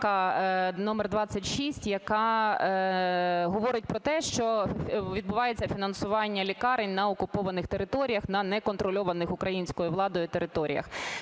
номер 26, яка говорить про те, що відбувається фінансування лікарень на окупованих територіях, на неконтрольованих українською владою територіях.